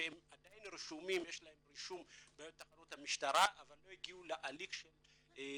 שעדיין יש להם רישום בתחנות המשטרה אבל לא הגיעו להליך שיפוטי.